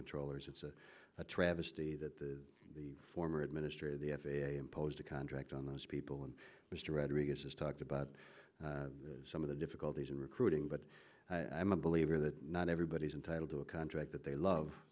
controllers it's a travesty that the former administrator the f a a imposed a contract on those people and mr rodriguez has talked about some of the difficulties in recruiting but i'm a believer that not everybody is entitled to a contract that they love